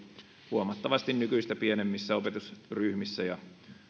huomattavasti nykyistä pienemmissä opetusryhmissä ja